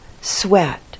sweat